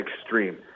extreme